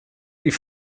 wie